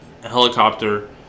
helicopter